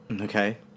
Okay